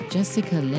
Jessica